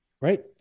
right